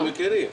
אנחנו מכירים.